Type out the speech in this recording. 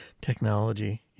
Technology